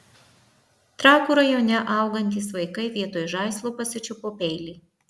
trakų rajone augantys vaikai vietoj žaislo pasičiupo peilį